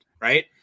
right